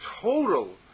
total